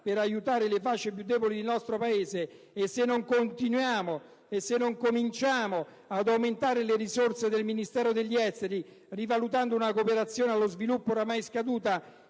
per aiutare le fasce più deboli del nostro Paese); se non cominciamo ad aumentare le risorse del Ministero degli esteri, rivalutando una cooperazione allo sviluppo ormai scaduta